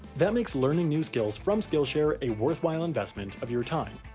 that makes learning new skills from skillshare a worthwhile investment of your time.